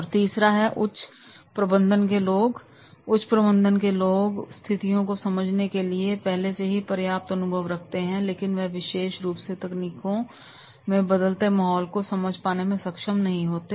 और तीसरा है उच्च प्रबंधन के लोग उच्च प्रबंधन के लोग स्थितियों को समझने के लिए पहले से ही पर्याप्त अनुभव रखते हैं लेकिन वह विशेष रूप से तकनीकों में बदलते माहौल को समझ पाने में सक्षम नहीं होते